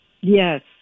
Yes